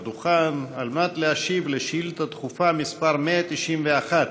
לדוכן כדי להשיב על שאילתה דחופה מס' 191